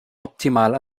optimal